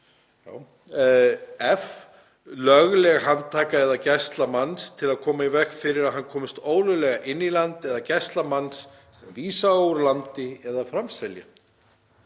f. lögleg handtaka eða gæsla manns til að koma í veg fyrir að hann komist ólöglega inn í land eða gæsla manns sem vísa á úr landi eða framselja.“